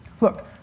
Look